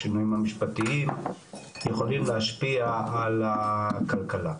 השינויים המשפטיים יכולים להשפיע על הכלכלה,